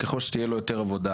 ככל שתהיה לו יותר עבודה,